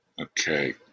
Okay